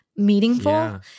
meaningful